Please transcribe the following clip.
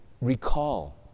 recall